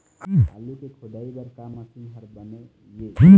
आलू के खोदाई बर का मशीन हर बने ये?